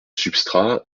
substrat